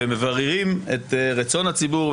ומבררים את רצון הציבור,